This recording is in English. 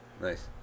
Nice